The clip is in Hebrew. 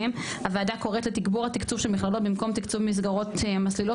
הוועדה קוראת לתגבור או תקצוב של מכללות במקום תקצוב מסגרות מסלילות